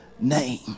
name